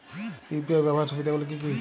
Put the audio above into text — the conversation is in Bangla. ইউ.পি.আই ব্যাবহার সুবিধাগুলি কি কি?